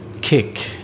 kick